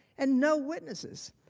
and no witnesses.